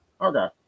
Okay